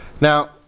Now